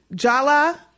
Jala